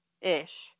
ish